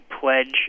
pledge